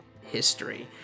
history